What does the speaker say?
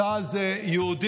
צה"ל זה יהודים,